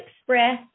express